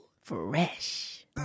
Fresh